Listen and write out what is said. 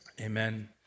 amen